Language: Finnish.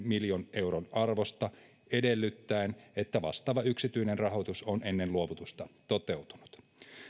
miljoonan euron arvosta edellyttäen että vastaava yksityinen rahoitus on ennen luovutusta toteutunut